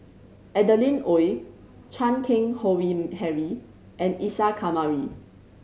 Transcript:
Adeline Ooi Chan Keng Howe Harry and Isa Kamari